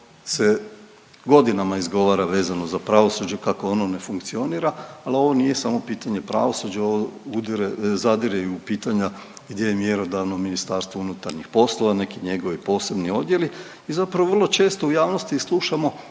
se godinama izgovora vezano za pravosuđe kako ono ne funkcionira, ali ovo nije samo pitanje pravosuđe ovo zadire i u pitanja gdje je mjerodavno MUP, neki njegovi posebni odjeli. I zapravo vrlo često u javnosti i slušamo